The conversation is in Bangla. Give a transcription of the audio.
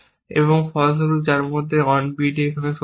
এবং ফলস্বরূপ যার মধ্যে on bd এখানে সত্য